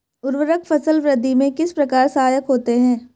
उर्वरक फसल वृद्धि में किस प्रकार सहायक होते हैं?